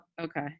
okay